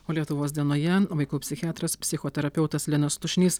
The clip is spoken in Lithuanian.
o lietuvos dienoje vaikų psichiatras psichoterapeutas linas slušnys